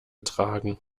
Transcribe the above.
tragen